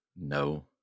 no